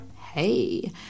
Hey